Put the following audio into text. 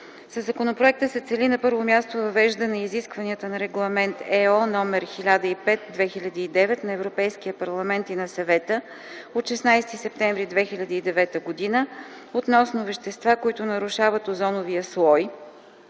Със законопроекта се цели на първо място въвеждане изискванията на Регламент (ЕО) № 1005/2009 на Европейския парламент и на Съвета от 16 септември 2009 г. относно вещества, които нарушават озоновия слой,